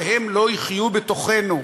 והם לא יחיו בתוכנו,